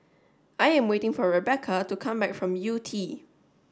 I am waiting for Rebeca to come back from Yew Tee